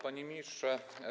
Panie Ministrze!